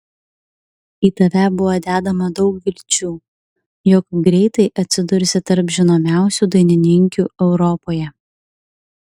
į tave buvo dedama daug vilčių jog greitai atsidursi tarp žinomiausių dainininkių europoje